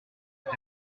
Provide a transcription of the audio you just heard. est